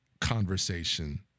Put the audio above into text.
conversation